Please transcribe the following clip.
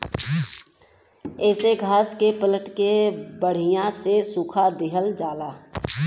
येसे घास के पलट के बड़िया से सुखा दिहल जाला